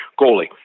goalie